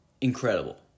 incredible